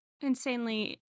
insanely